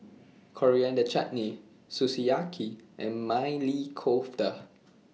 Coriander Chutney Sukiyaki and Maili Kofta